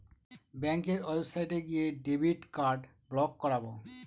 ব্যাঙ্কের ওয়েবসাইটে গিয়ে ডেবিট কার্ড ব্লক করাবো